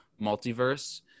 multiverse